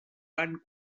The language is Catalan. van